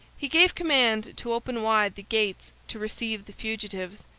he gave command to open wide the gates to receive the fugitives,